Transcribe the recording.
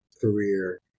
career